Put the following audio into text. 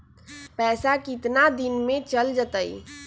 पैसा कितना दिन में चल जतई?